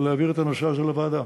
להעביר את הנושא הזה לוועדה.